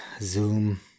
Zoom